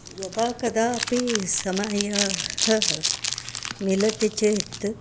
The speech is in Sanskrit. यदा कदापि समयः मिलति चेत्